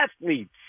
athletes